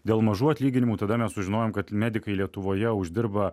dėl mažų atlyginimų tada mes sužinojom kad medikai lietuvoje uždirba